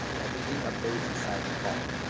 everything updates inside the phone.